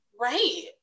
Right